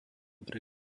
pre